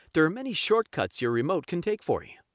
there are many shortcuts your remote can take for you.